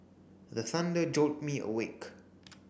the thunder jolt me awake